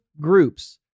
groups